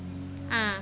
ah